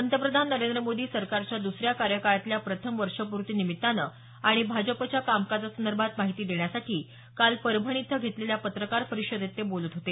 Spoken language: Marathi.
पंतप्रधान नरेंद्र मोदी सरकारच्या द्सऱ्या कार्यकाळातल्या प्रथम वर्षपूर्ती निमित्तानं आणि भाजपाच्या कामकाजासंदर्भात माहिती देण्यासाठी काल परभणी इथं घेतलेल्या पत्रकार परिषदेत ते बोलत होते